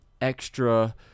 extra